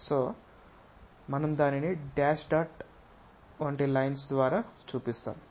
కాబట్టి మనం దానిని డాష్ డాట్ రకమైన లైన్ ద్వారా చూపిస్తాము